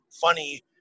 funny